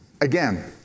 Again